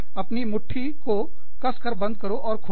अपनी मुट्ठी को कस कर बंद करो और खोलो